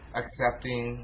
accepting